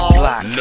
black